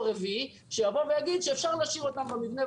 רביעי שיבוא ויגיד שאפשר להשאיר אותם במבנה,